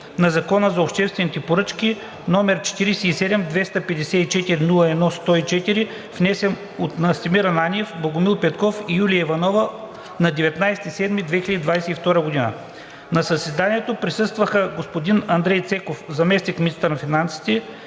на Закона за обществените поръчки, № 47-254-01-104, внесен от Настимир Ананиев, Богомил Петков и Юлия Иванова на 19 юли 2022 г. На заседанието присъстваха господин Андрей Цеков – заместник-министър на финансите,